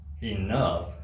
enough